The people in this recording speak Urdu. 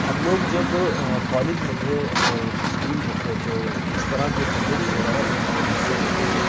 ہم لوگ جب کالج میں تھے اور اسکول میں تھے تو اِس طرح کے پروجیکٹس وغیرہ میں ہم لوگ حصّہ لیتے تھے